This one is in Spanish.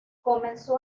comenzó